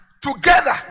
together